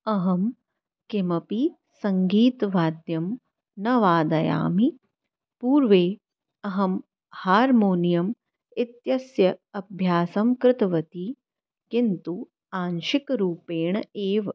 अहं किमपि सङ्गीतवाद्यं न वादयमि पूर्वम् अहं हार्मोनियम् इत्यस्य अभ्यासं कृतवती किन्तु आंशिकरूपेण एव